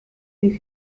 this